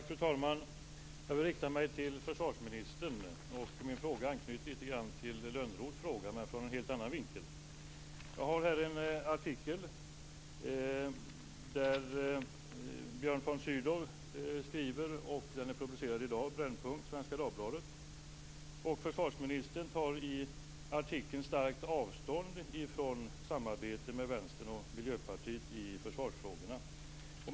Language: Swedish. Fru talman! Jag vill rikta mig till försvarsministern. Min fråga anknyter lite grann till Lönnroths fråga, men från en helt annan vinkel. Jag har här en artikel där Björn von Sydow skriver. Den är publicerad i dag på Brännpunkt, Svenska Dagbladet. Försvarsministern tar i artikeln starkt avstånd från samarbete med Vänstern och Miljöpartiet i försvarsfrågorna.